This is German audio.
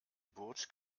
burj